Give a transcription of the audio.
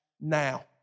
now